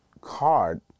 card